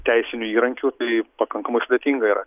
teisinių įrankių tai pakankamai sudėtinga yra